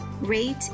rate